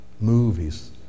movies